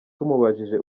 tumubajije